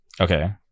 Okay